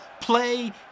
play